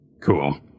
Cool